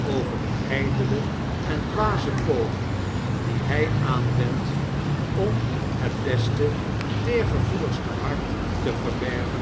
over de jjdele en dwaze poging die hfl aanwendt om het beste teergevoeligste hart te verbergen